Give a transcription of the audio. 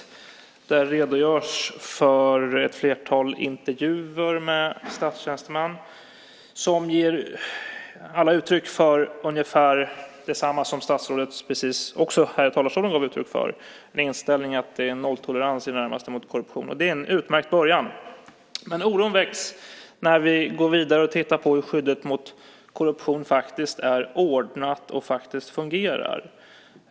Där redogörs för ett antal intervjuer med statstjänstemän. De ger alla uttryck för ungefär det som statsrådet gav uttryck för här i talarstolen, nämligen inställningen att det är i det närmaste nolltolerans mot korruption. Det är en utmärkt början. Oron väcks när vi går vidare och tittar på hur skyddet mot korruption är ordnat och fungerar.